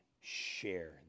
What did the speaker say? share